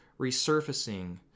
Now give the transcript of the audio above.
resurfacing